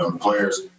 players